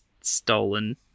stolen